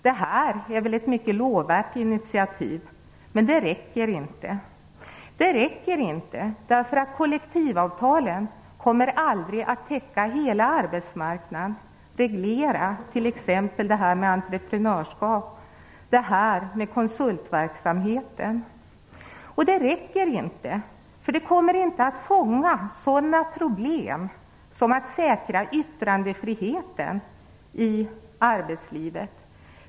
Detta är ett mycket lovvärt initiativ, men det räcker inte eftersom kollektivavtalen aldrig kommer att täcka hela arbetsmarknaden. De kommer inte att reglera detta med entreprenörskap och konsultverksamhet t.ex. Det räcker inte eftersom det inte kommer att fånga upp sådana problem som att säkra yttrandefriheten i arbetslivet.